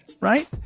right